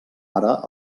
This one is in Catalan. ara